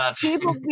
people